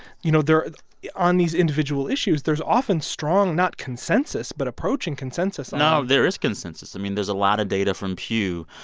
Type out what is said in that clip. you know, there are on these individual issues, there's often strong not consensus but approaching consensus on. no, there is consensus. i mean, there's a lot of data from pew.